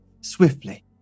swiftly